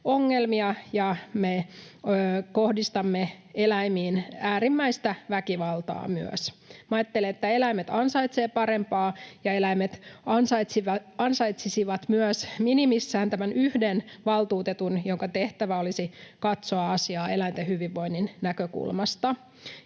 ja me myös kohdistamme eläimiin äärimmäistä väkivaltaa. Ajattelen, että eläimet ansaitsevat parempaa ja eläimet ansaitsisivat myös minimissään tämän yhden valtuutetun, jonka tehtävä olisi katsoa asiaa eläinten hyvinvoinnin näkökulmasta.